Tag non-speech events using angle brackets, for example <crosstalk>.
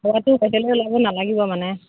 খোৱাটো <unintelligible> নালাগিব মানে